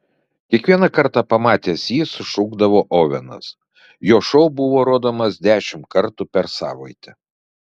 kiekvieną kartą pamatęs jį sušukdavo ovenas jo šou buvo rodomas dešimt kartų per savaitę